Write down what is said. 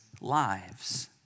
lives